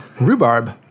Rhubarb